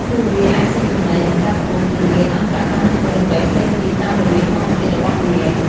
ពួកវាអាចស៊ីចំណី បង្កាត់ពូជ និងមានអន្តរកម្មជាមួយដំរីផ្សេងទៀតតាមរបៀបធម្មជាតិរបស់វា។